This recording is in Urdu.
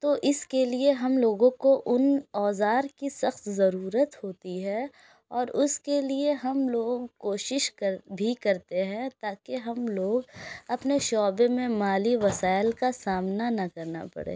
تو اس کے لیے ہم لوگوں کو ان اوزار کی سخت ضرورت ہوتی ہے اور اس کے لیے ہم لوگوں کوشش کر بھی کرتے ہیں تا کہ ہم لوگ اپنے شعبے میں مالی وسائل کا سامنا نہ کرنا پڑے